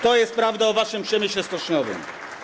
To jest prawda o waszym przemyśle stoczniowym.